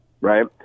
right